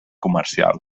comercial